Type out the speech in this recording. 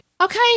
Okay